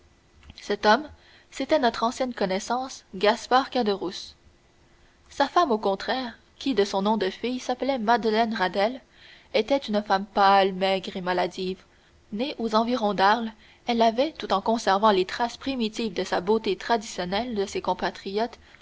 cet homme c'était notre ancienne connaissance gaspard caderousse sa femme au contraire qui de son nom de fille s'appelait madeleine radelle était une femme pâle maigre et maladive née aux environs d'arles elle avait tout en conservant les traces primitives de la beauté traditionnelle de ses compatriotes